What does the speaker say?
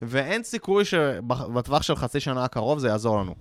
ואין סיכוי שבטווח של חצי שנה הקרוב זה יעזור לנו.